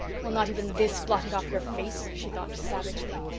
will not even this blot it off your face? she thought savagely.